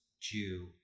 Jew